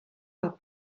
mar